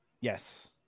yes